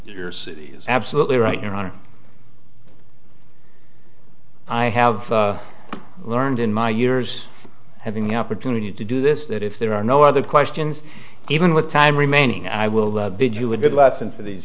your city is absolutely right your honor i have learned in my years having the opportunity to do this that if there are no other questions even with time remaining i will biju a good lesson for these